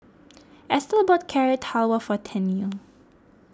Estelle bought Carrot Halwa for Tennille